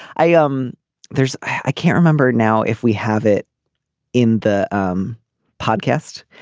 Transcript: i ah um there's i can't remember now if we have it in the um podcast.